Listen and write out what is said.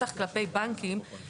בטח כלפי בנקים,